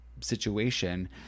situation